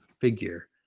figure